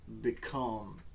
become